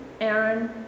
Aaron